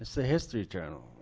it's the history channel